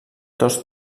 tots